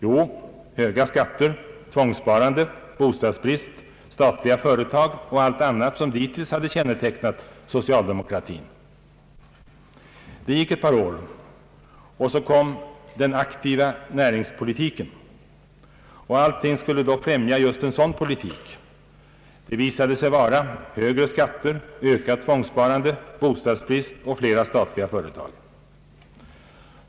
Jo, höga skatter, tvångssparande, bostadsbrist, statliga företag och allt annat som dittills hade kännetecknat socialdemokratin. Det gick ett par år, och så kom »Den aktiva näringspolitiken». Och allting skulle då främja just en sådan politik. Det visade sig vara högre skatter, ökat tvångssparande, bostadsbrist och flera statliga företag.